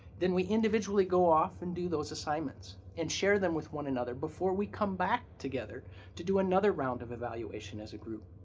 then we individually go off and do those assignments and share them with one another, before we come back together to do another round of evaluation as a group.